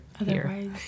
otherwise